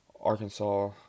Arkansas